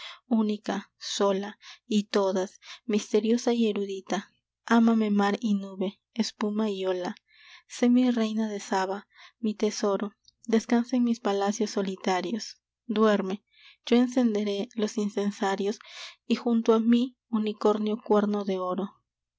única sola y todas misteriosa y erudita amame mar y nube espuma y ola sé mi reina de saba mi tesoro descansa en mis palacios solitarios duerme yo encenderé los incensarios y junto a mi unicornio cuerno de oro